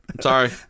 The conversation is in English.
Sorry